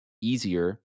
easier